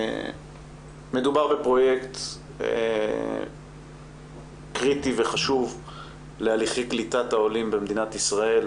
מדובר בפרויקט קריטי וחשוב להליכי קליטת העולים במדינת ישראל.